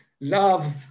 love